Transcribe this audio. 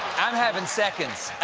i'm having seconds.